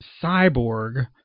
Cyborg